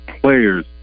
players